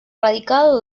radicado